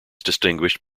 distinguished